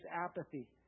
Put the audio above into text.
apathy